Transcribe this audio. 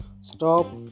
stop